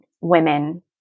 women